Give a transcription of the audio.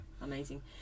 Amazing